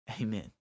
Amen